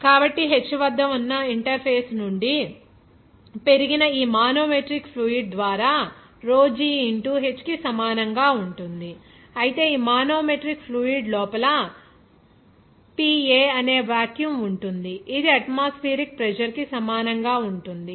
కాబట్టి h వద్ద ఉన్న ఈ ఇంటర్ఫేస్ నుండి పెరిగిన ఈ మానోమెట్రిక్ ఫ్లూయిడ్ ద్వారా rho g ఇంటూ h కి సమానం గా ఉంటుంది అయితే ఈ మానోమెట్రిక్ ఫ్లూయిడ్ లోపల PA అనే వాక్యూమ్ ఉంటుంది ఇది అట్మాస్ఫియరిక్ ప్రెజర్ కి సమానంగా ఉంటుంది